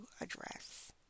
address